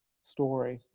story